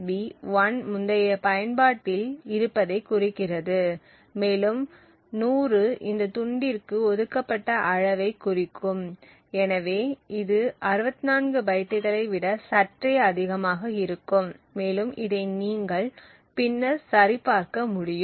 B 1 முந்தைய பயன்பாட்டில் இருப்பதைக் குறிக்கிறது மேலும் 100 இந்த துண்டிற்கு ஒதுக்கப்பட்ட அளவைக் குறிக்கும் எனவே இது 64 பைட்டுகளை விட சற்றே அதிகமாக இருக்கும் மேலும் இதை நீங்கள் பின்னர் சரிபார்க்க முடியும்